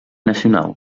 nacional